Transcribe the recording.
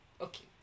okay